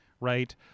right